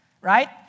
right